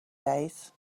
days